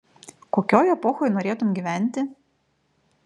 kokioj epochoj norėtum gyventi